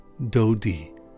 DODI